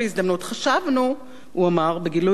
חשבנו, הוא אמר בגילוי לב,